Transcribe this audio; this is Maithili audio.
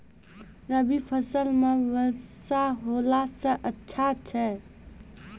रवी फसल म वर्षा होला से अच्छा छै?